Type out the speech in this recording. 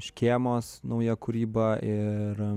škėmos nauja kūryba ir